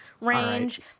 range